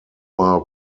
are